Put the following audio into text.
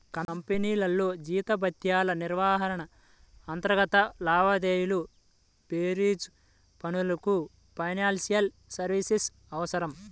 కంపెనీల్లో జీతభత్యాల నిర్వహణ, అంతర్గత లావాదేవీల బేరీజు పనులకు ఫైనాన్షియల్ సర్వీసెస్ అవసరం